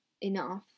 enough